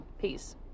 Peace